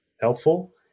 helpful